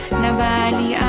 nabali